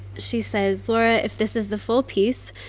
she says, laura, if this is the full piece,